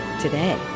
today